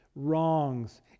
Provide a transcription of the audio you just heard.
wrongs